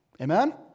Amen